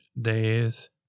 days